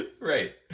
Right